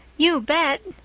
you bet,